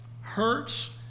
hurts